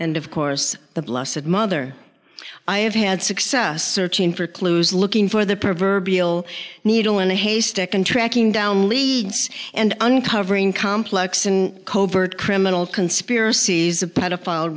and of course the blessid mother i have had success searching for clues looking for the proverbial needle in the haystack and tracking down leads and uncovering complex and covert criminal conspiracies a pedophile